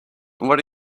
what